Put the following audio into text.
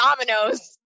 Dominoes